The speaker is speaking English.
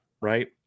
Right